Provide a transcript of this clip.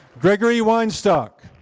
gregory weinstock,